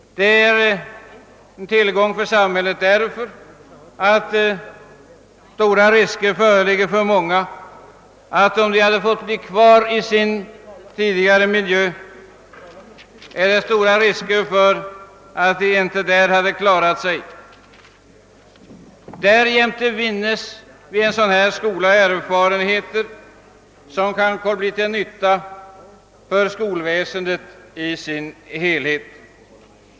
Det är en tillgång för samhället, därför att stora risker föreligger för att många av dessa ungdomar, om de hade blivit kvar i sin tidigare miljö, inte skulle ha klarat sig. Därjämte vinnes vid en sådan skola erfarenheter som kan bli till nytta för skolväsendet i dess helhet.